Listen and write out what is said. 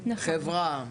חברה,